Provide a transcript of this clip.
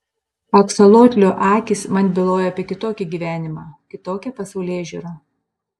aksolotlių akys man bylojo apie kitokį gyvenimą kitokią pasaulėžiūrą